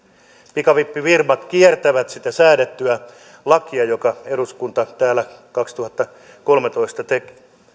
pikavippifirmat kiertävät sitä säädettyä lakia jonka eduskunta täällä kaksituhattakolmetoista teki